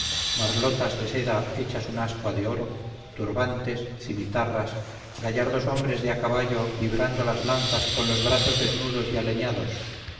libreas marlotas de seda hechas un ascua de oro turbantes cimitarras gallardos hombres de a caballo vibrando las lanzas con los brazos desnudos y alheñados